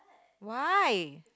why